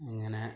ഇങ്ങനെ